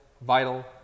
vital